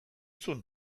zuen